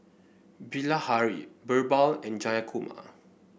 Bilahari BirbaL and Jayakumar